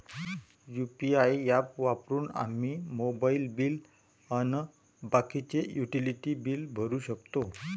UPI app वापरून आम्ही mobile bill अन बाकीचे युटिलिटी बिल भरू शकतो